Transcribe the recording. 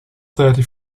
thirty